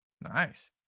Nice